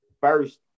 first